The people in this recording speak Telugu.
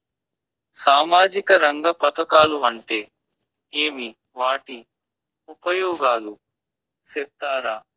సామాజిక రంగ పథకాలు అంటే ఏమి? వాటి ఉపయోగాలు సెప్తారా?